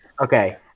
Okay